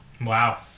Wow